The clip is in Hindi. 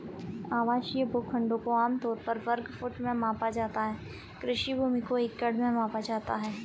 आवासीय भूखंडों को आम तौर पर वर्ग फुट में मापा जाता है, कृषि भूमि को एकड़ में मापा जाता है